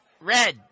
red